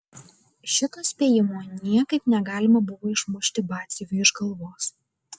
šito spėjimo niekaip negalima buvo išmušti batsiuviui iš galvos